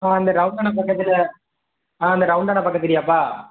ஆ அந்த ரௌண்டானா பக்கத்தில் ஆ அந்த ரௌண்டானா பக்கத்துலேயாப்பா